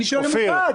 אני שואל אם הוא בעד.